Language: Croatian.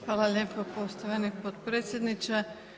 Hvala lijepo, poštovani potpredsjedniče.